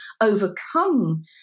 overcome